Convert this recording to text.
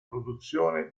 produzione